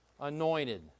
anointed